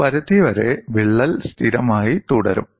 ഒരു പരിധിവരെ വിള്ളൽ സ്ഥിരമായി തുടരും